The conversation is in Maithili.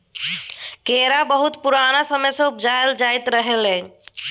केरा बहुत पुरान समय सँ उपजाएल जाइत रहलै यै